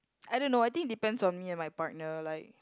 I don't know I think depends on me and my partner like